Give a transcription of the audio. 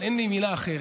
אבל אין לי מילה אחרת,